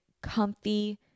comfy